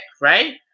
right